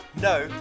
No